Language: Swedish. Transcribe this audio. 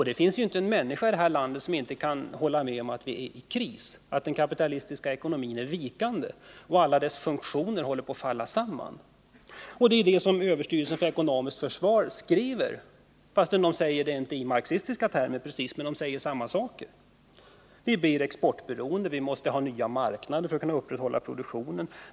Det finns inte en människa i det här landet som inte kan hålla med om att vi befinner oss i en kris och att den kapitalistiska ekonomin är vikande och att alla dess funktioner håller på att falla samman. Det är ju också det som överstyrelsen för ekonomiskt försvar skriver, fast det inte sägs i precis marxistiska termer. Vi blir exportberoende och måste ha nya marknader för att upprätthålla produktionen.